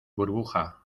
burbuja